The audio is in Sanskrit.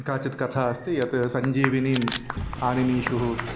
काचित् कथा अस्ति यत् सञ्जीविनीम् आनिनीषुः